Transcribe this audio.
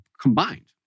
combined